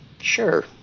sure